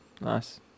Nice